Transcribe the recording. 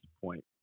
point